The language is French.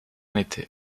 n’était